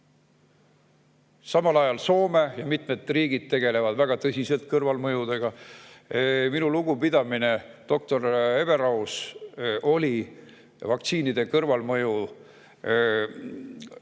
Samal ajal Soome ja mitmed [teised] riigid tegelevad väga tõsiselt kõrvalmõjudega. Minu lugupidamine – doktor Everaus oli vaktsiinide kõrvalmõjudega